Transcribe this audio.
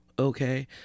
okay